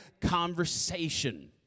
conversation